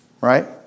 Right